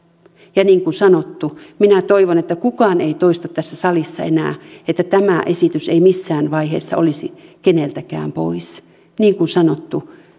ja niin kuin sanottu minä toivon että kukaan ei toista tässä salissa enää että tämä esitys ei missään vaiheessa olisi keneltäkään pois niin kuin sanottu